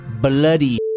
bloody